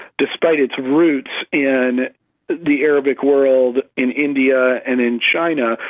despite its roots in the arabic world, in india and in china,